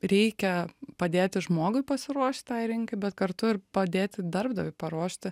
reikia padėti žmogui pasiruošti rinkai bet kartu ir padėti darbdaviui paruošti